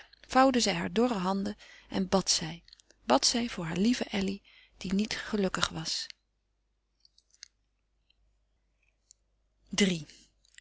vouwde zij hare dorre handen en bad zij bad zij voor hare lieve elly die niet gelukkig was